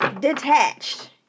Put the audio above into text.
Detached